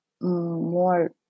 more